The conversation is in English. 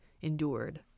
endured